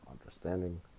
understanding